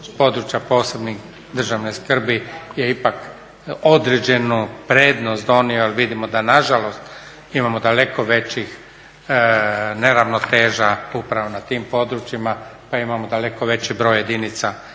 područja posebne državne skrbi je ipak određenu prednost donio, jel vidimo da nažalost imamo daleko većih neravnoteža upravo na tim područjima, pa imamo daleko veći broj jedinica